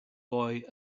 boy